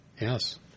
Yes